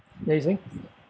yeah you were saying